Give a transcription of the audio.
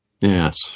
Yes